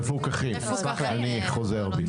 מפוקחים, אני חוזר בי.